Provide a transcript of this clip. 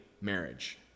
marriage